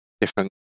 different